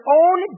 own